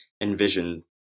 envision